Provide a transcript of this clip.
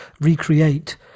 recreate